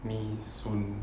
me soon